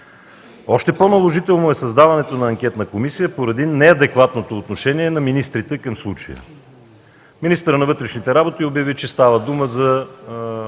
Още по-наложително е създаването на анкетна комисия поради неадекватното отношение на министрите към случая. Министърът на вътрешните работи обяви, че става дума за